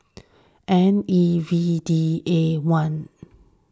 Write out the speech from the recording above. N E V D A one